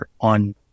on